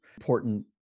important